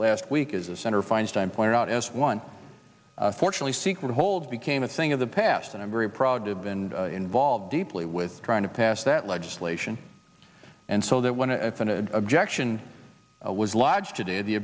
last week is the center feinstein pointed out as one fortunately secret holds became a thing of the past and i'm very proud to have been involved deeply with trying to pass that legislation and so that when a objection was lodged today the